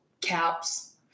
caps